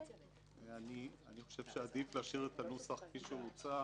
אני חושב שעדיף להשאיר את הנוסח כפי שהוצע